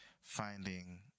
finding